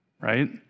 right